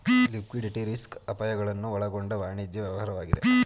liquidity risk ಅಪಾಯಗಳನ್ನು ಒಳಗೊಂಡ ವಾಣಿಜ್ಯ ವ್ಯವಹಾರವಾಗಿದೆ